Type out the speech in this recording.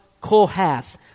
Kohath